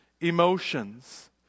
emotions